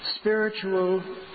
spiritual